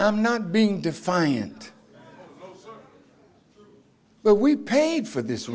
i'm not being defiant we paid for this